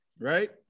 right